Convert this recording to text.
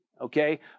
okay